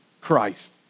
Christ